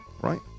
right